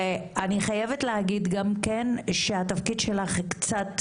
אני חייבת להגיד גם שהתפקיד שלך קצת